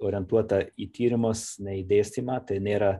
orientuota į tyrimus ne į dėstymą tai nėra